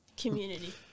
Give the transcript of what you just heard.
Community